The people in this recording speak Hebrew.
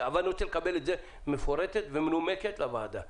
אבל אני רוצה לקבל תשובה מפורטת ומנומקת לוועדה.